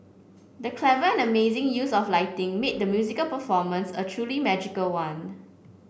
the clever and amazing use of lighting made the musical performance a truly magical one